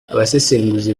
abasesenguzi